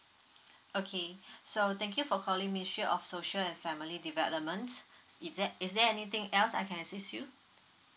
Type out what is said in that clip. okay so thank you for calling ministry of social and family development if that is there anything else I can assist you